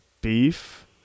beef